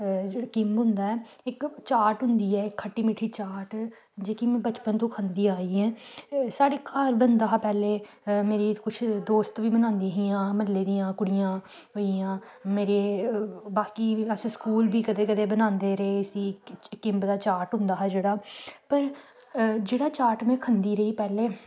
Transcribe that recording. जेह्ड़ा किम्ब होंदा ऐ इक चाट होंदी ऐ खट्टी मिट्ठी चाट जेह्की में बचपन तू खंदी आई आं साढ़े घर बनदा हा पैह्लें मेरी कुछ दोस्त बी बनांदियां हियां म्हल्ले दियां कुड़ियां होई गेइयां मेरे बाकी अस स्कूल बी कदें कदें बनांदे रेह् इस्सी किम्ब दा चाट होंदा हा जेह्ड़ा पर जेह्ड़ा चाट खंदी रेही पैह्लें